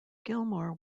gilmore